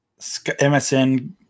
MSN